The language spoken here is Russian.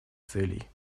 целей